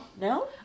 No